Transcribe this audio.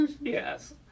Yes